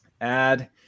add